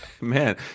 Man